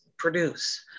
Produce